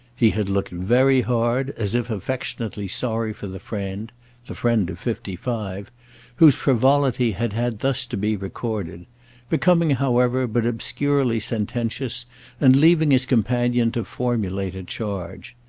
he had looked very hard, as if affectionately sorry for the friend the friend of fifty-five whose frivolity had had thus to be recorded becoming, however, but obscurely sententious and leaving his companion to formulate a charge.